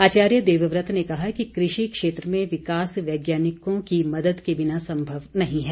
आचार्य देवव्रत ने कहा कि कृषि क्षेत्र में विकास वैज्ञानिकों की मदद के बिना संभव नहीं है